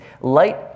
light